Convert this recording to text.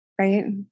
Right